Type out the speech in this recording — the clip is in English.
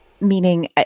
meaning